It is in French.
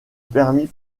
permet